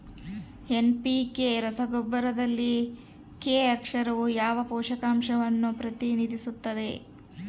NPK ರಸಗೊಬ್ಬರದಲ್ಲಿ K ಅಕ್ಷರವು ಯಾವ ಪೋಷಕಾಂಶವನ್ನು ಪ್ರತಿನಿಧಿಸುತ್ತದೆ?